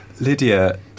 Lydia